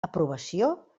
aprovació